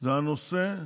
זה הנושא,